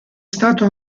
stato